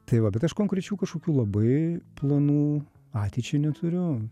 tai va bet aš konkrečių kažkokių labai planų ateičiai neturiu